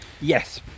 Yes